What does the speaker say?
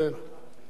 משונה,